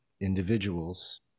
individuals